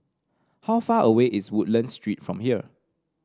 how far away is Woodlands Street from here